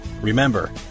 Remember